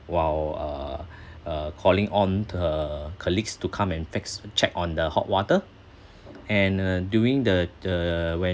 while uh uh calling on to her colleagues to come and fix check on the hot water and uh during the the when